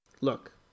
Look